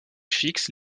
fix